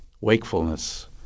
wakefulness